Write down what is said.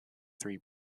three